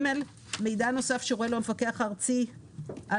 מידע נוסף שיורה לו המפקח הארצי על